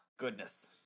Goodness